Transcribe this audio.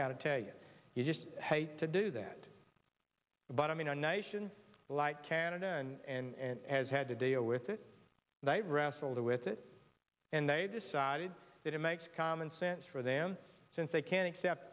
gotta tell you you just hate to do that but i mean a nation like canada and has had to deal with it and i wrestled with it and they decided that it makes common sense for them since they can't accept